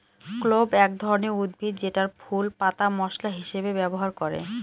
clove এক ধরনের উদ্ভিদ যেটার ফুল, পাতা মশলা হিসেবে ব্যবহার করে